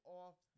off